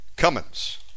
Cummins